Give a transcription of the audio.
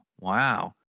Wow